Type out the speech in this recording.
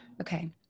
Okay